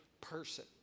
person